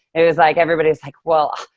it was like, everybody's like, well,